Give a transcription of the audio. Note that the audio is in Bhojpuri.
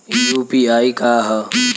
यू.पी.आई का ह?